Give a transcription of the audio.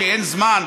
כי אין זמן,